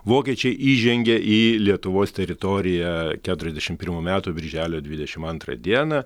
vokiečiai įžengė į lietuvos teritoriją keturiasdešimt pirmų metų birželio dvidešimt antrą dieną